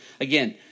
Again